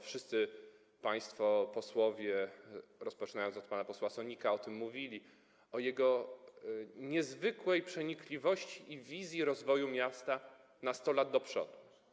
Wszyscy państwo posłowie, poczynając od pana posła Sonika, o tym mówili - o jego niezwykłej przenikliwości i wizji rozwoju miasta na 100 lat do przodu.